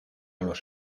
los